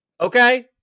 okay